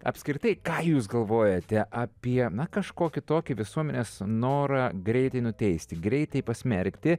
apskritai ką jūs galvojate apie kažkokį tokį visuomenės norą greitai nuteisti greitai pasmerkti